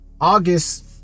August